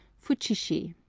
futshishi.